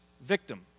victim